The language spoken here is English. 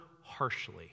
harshly